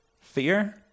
Fear